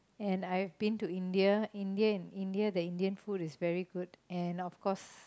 and I've been to India India in India the Indian food is very good and of course